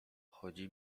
chodzi